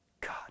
God